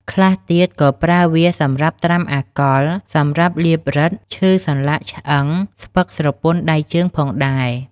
ខ្លះទៀត ក៏ប្រើវាសម្រាប់ត្រាំអាល់កុល សម្រាប់លាបរឹត ឈឺសន្លាក់ឆ្អឹង ស្ពឹកស្រពន់ដៃជើងផងដែរ។